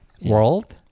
world